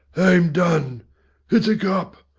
i'm done it's a cop.